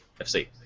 FC